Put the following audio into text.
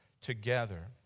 together